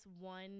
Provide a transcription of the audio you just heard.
one